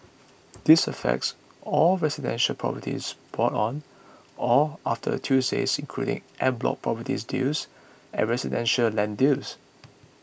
this affects all residential properties bought on or after Tuesday including en bloc properties deals and residential land deals